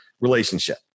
relationship